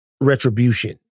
retribution